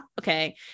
Okay